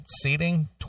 seating